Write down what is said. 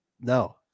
No